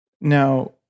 Now